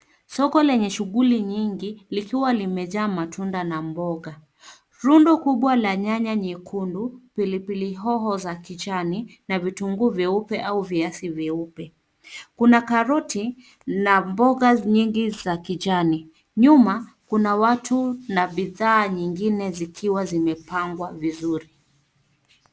Soko lenye shuguli nyingi likiwa limejaa matunda na mboga. Rundo kubwa la nyanya nyekundu, pilipili hoho za kijani na vitunguu vyeupe au viazi vyeupe. Kuna karoti na mboga nyingi za kijani. Nyuma kuna watu na bidhaa nyingine zikiwa zimepangwa vizuri.